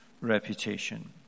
reputation